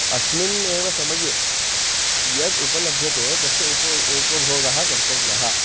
अस्मिन्नेव समये यद् उपलभ्यते तस्य उपो उपभोगः कर्तव्यः